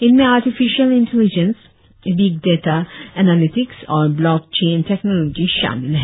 इनमें artificial intelligence big data analytics और blockchain technology शामिल है